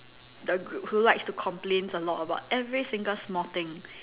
the group who likes to complains a lot about every single small thing